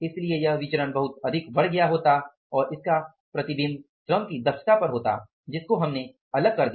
इसलिए यह विचरण बहुत अधिक बढ़ गया होता और इसका प्रतिबिंब श्रम की दक्षता पर होता जिसको हमने अलग कर दिया